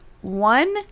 one